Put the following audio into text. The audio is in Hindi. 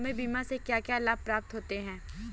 हमें बीमा से क्या क्या लाभ प्राप्त होते हैं?